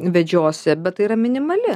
vedžiosi bet tai yra minimali